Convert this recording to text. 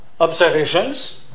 Observations